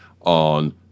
on